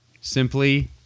simply